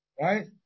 Right